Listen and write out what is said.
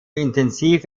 intensiv